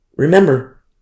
Remember